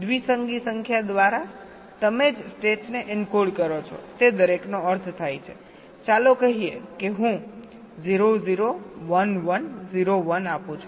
દ્વિસંગી સંખ્યા દ્વારા તમે જે સ્ટેટ્સને એન્કોડ કરો છો તે દરેકનો અર્થ થાય છે ચાલો કહીએ કે હું 0 0 1 1 0 1 આપું છું